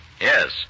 Yes